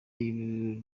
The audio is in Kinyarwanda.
y’i